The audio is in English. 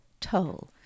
toll